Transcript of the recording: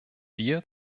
wir